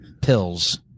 pills